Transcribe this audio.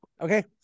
Okay